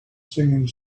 singing